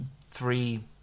three